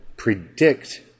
predict